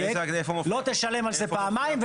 לא תשלם על זה פעמיים.